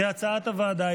כהצעת הוועדה,